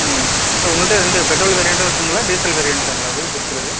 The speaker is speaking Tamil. சார் உங்கள்ட்ட ரெண்டு பெட்ரோல் வேரியண்ட் இருக்குங்களா டீசல் வேரியண்டாங்ளா இது இப்போ இருக்குறது